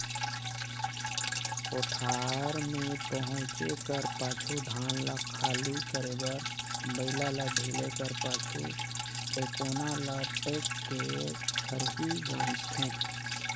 कोठार मे पहुचे कर पाछू धान ल खाली करे बर बइला ल ढिले कर पाछु, टेकोना ल टेक के खरही गाजथे